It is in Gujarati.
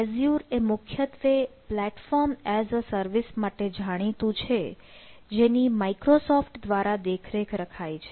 એઝ્યુર માટે જાણીતું છે જેની માઈક્રોસોફ્ટ દ્વારા દેખરેખ રખાય છે